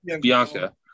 Bianca